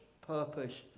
purpose